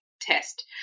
test